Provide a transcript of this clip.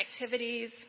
activities